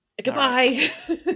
goodbye